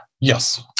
Yes